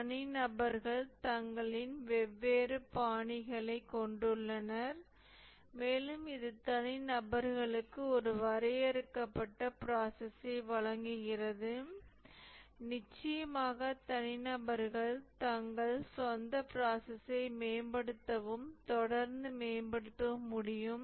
தனிநபர்கள் தங்களின் வெவ்வேறு பாணிகளைக் கொண்டுள்ளனர் மேலும் இது தனிநபர்களுக்கு ஒரு வரையறுக்கப்பட்ட ப்ராசஸ்ஸை வழங்குகிறது நிச்சயமாக தனிநபர்கள் தங்கள் சொந்த ப்ராசஸ்ஸை மேம்படுத்தவும் தொடர்ந்து மேம்படுத்தவும் முடியும்